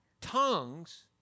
tongues